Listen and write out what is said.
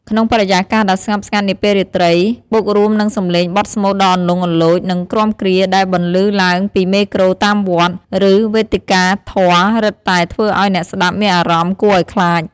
ក្នុងបរិយាកាសដ៏ស្ងប់ស្ងាត់នាពេលរាត្រី បូករួមនឹងសំឡេងបទស្មូតដ៏លន្លង់លន្លោច និងគ្រាំគ្រា ដែលបន្លឺឡើងពីមេក្រូ តាមវត្ត ឬវេទិកាធម៌រឹតតែធ្វើឲ្យអ្នកស្តាប់មានអារម្មណ៍គួរអោយខ្លាច។